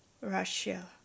Russia